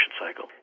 cycle